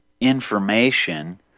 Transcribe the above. information